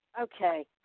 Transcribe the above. Okay